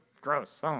gross